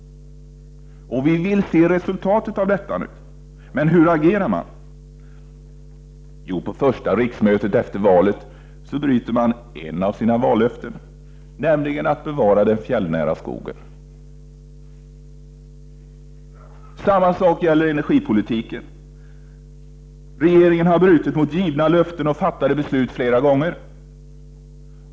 Vi vill se resultatet av detta. Men hur agerar man? Jo, vid första riksmötet efter valet bryter man ett av sina vallöften, nämligen att bevara den fjällnära skogen. Detsamma gäller energipolitiken. Regeringen har brutit mot givna löften och fattade beslut flera gånger.